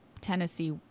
Tennessee